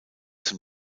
zum